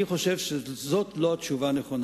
אני חושב שזו לא התשובה הנכונה.